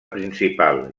principal